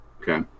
okay